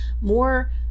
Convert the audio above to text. more